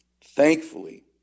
thankfully